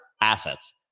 assets